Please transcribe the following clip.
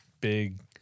big